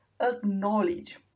Acknowledge